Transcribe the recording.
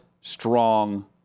strong